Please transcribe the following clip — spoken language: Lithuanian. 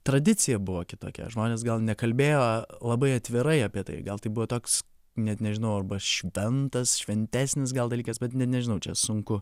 tradicija buvo kitokia žmonės gal nekalbėjo labai atvirai apie tai gal tai buvo toks net nežinau arba šventas šventesnis gal dalykas bet nežinau čia sunku